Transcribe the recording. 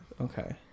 Okay